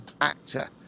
actor